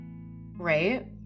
right